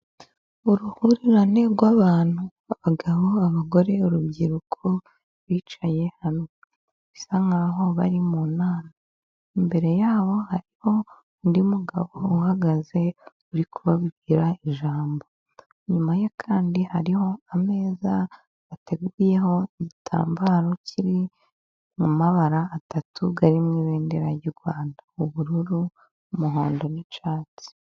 uruhurirane rwabantu' abagabo, abagore, urubyiruko. Bicaye bisa nkaho bari mu nama imbere yabo hariho undi mugabo uhagaze uri kubabwira ijambo, inyuma ye kandi hariho ameza bateguyeho igitambaro, kiri mu mabara atatu arimo ibendera ry'u rwanda ubururu, umuhondo, nicyatsi.